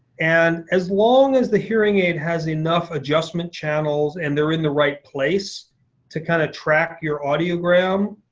and as long as the hearing aid has enough adjustment channels and they're in the right place to kind of track your audiogram,